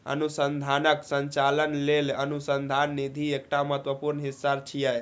अनुसंधानक संचालन लेल अनुसंधान निधि एकटा महत्वपूर्ण हिस्सा छियै